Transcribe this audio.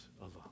alone